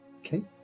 Okay